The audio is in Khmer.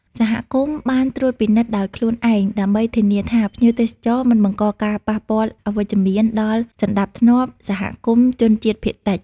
សហគមន៍បានត្រួតពិនិត្យដោយខ្លួនឯងដើម្បីធានាថាភ្ញៀវទេសចរមិនបង្កការប៉ះពាល់អវិជ្ជមានដល់ សណ្តាប់ធ្នាប់សហគមន៍ជនជាតិភាគតិច។